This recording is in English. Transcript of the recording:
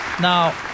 Now